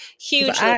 Huge